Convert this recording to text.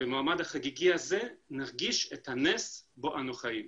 במעמד החגיגי הזה נרגיש את הנס בו אנו חיים.